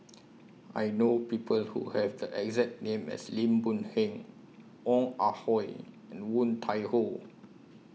I know People Who Have The exact name as Lim Boon Heng Ong Ah Hoi and Woon Tai Ho